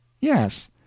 Yes